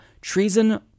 treason